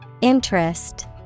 Interest